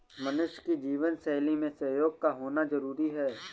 मनुष्य की जीवन शैली में सहयोग का होना जरुरी है